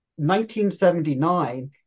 1979